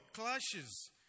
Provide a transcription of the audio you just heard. clashes